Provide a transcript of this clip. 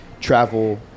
travel